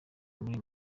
muri